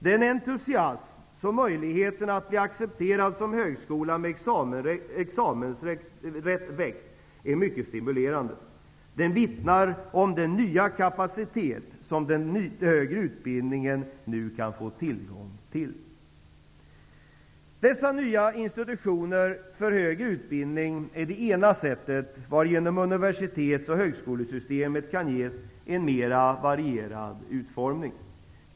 Den entusiasm som möjligheten att bli accepterad som högskola med examensrätt väckt är mycket stimulerande. Den vittnar om den nya kapacitet som den högre utbildningen nu kan få tillgång till. Dessa nya institutioner för högre utbildning är det ena sättet varigenom universitets och högskolesystemet kan ges en mera varierad utformning.